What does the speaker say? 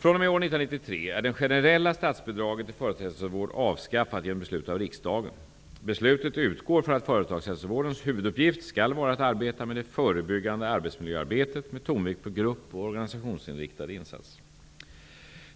fr.o.m. år 1993 är det generella statsbidraget till företagshälsovård avskaffat genom beslut av riksdagen. Beslutet utgår från att företagshälsovårdens huvuduppgift skall vara att arbeta med det förebyggande arbetsmiljöarbetet med tonvikt på grupp och organisationsinriktade insatser.